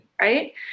right